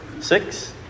Six